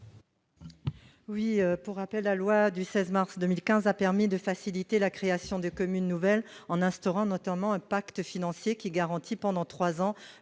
exceptionnelle, La loi du 16 mars 2015 a permis de faciliter la création de communes nouvelles en instaurant notamment un pacte financier garantissant pour les